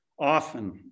often